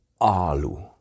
alu